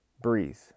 breathe